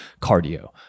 cardio